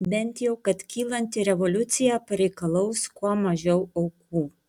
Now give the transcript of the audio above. bent jau kad kylanti revoliucija pareikalaus kuo mažiau aukų